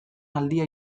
aldia